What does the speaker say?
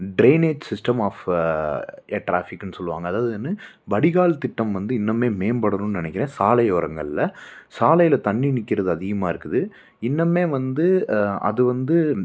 drainage system of ட்ராஃபிக்குன்னு சொல்வாங்க அதாவது ஒன்று வடிகால் திட்டம் வந்து இன்னமுமே மேம்படணும்ன்னு நினைக்கிறேன் சாலை ஓரங்களில் சாலையில தண்ணி நிற்கிறது அதிகமாக இருக்குது இன்னமுமே வந்து அது வந்து